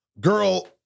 Girl